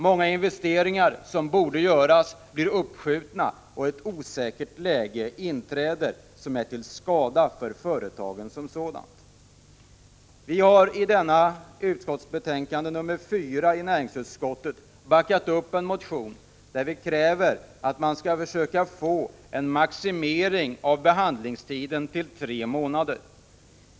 Många investeringar som borde göras blir uppskjutna, och ett osäkert läge inträder, som är till skada för företaget som sådant. Vi har i näringsutskottets betänkande nr 4 stött en motion med krav på att man skall försöka få en maximering av handläggningstiden till tre månader.